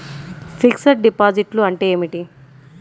Fixed డిపాజిట్లు అంటే ఏమిటి?